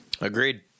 Agreed